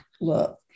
look